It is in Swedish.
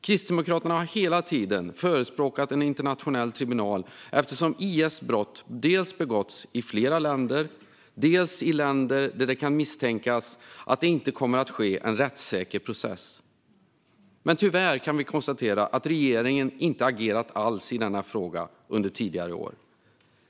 Kristdemokraterna har hela tiden förespråkat en internationell tribunal eftersom IS brott dels begåtts i flera länder, dels begåtts i länder där det kan misstänkas att det inte kommer att äga rum en rättssäker process. Tyvärr kan vi konstatera att regeringen inte har agerat alls i denna fråga under tidigare år.